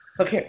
Okay